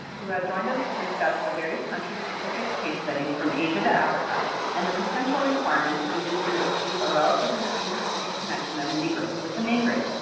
who have joined us to discuss the various country-specific case studies from asia to africa and the potential requirements needed to achieve a relatively seamless interconnection of mini-grids with the main grid.